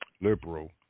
liberal